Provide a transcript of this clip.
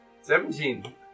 Seventeen